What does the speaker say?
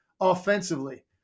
offensively